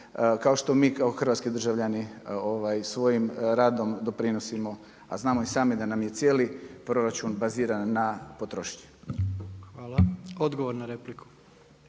kao što mi kao hrvatski državljani svojim radom doprinosimo, a znamo i sami da nam je cijeli proračun baziran na potrošnji. **Jandroković,